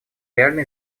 реально